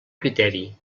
criteri